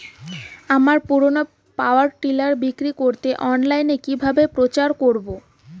আমার পুরনো power tiller বিক্রি করাতে অনলাইনে কিভাবে প্রচার করব?